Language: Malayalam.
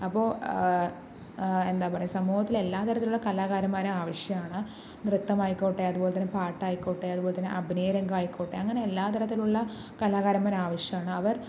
അപ്പോ എന്താ പറയുക സമൂഹത്തില് എല്ലാ തരത്തിലുള്ള കലാകാരന്മാരെ ആവശ്യമാണ് നൃത്തം ആയിക്കോട്ടെ അതുപോലെതന്നെ പാട്ട് ആയിക്കോട്ടെ അതുപോലെതന്നെ അഭിനയരംഗമായിക്കോട്ടെ അങ്ങനെ എല്ലാത്തരത്തിലുള്ള കലാകാരന്മാര് ആവശ്യമാണ് അവർ